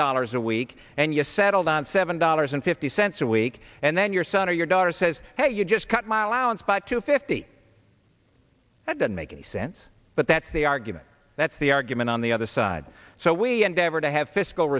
dollars a week and you settled on seven dollars and fifty cents a week and then your son or your daughter says hey you just cut my lounge back to fifty i didn't make any sense but that's the argument that's the argument on the other side so we endeavor to have fiscal